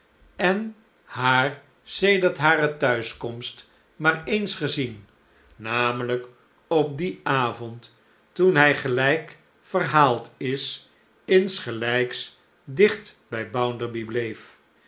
en haar sedert hare thuiskomst maar eens gezien namelijk op dien avond toen hij gelijk verhaald is insgelijks dicht bij bounderby bleef